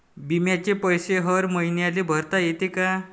बिम्याचे पैसे हर मईन्याले भरता येते का?